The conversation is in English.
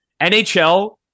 NHL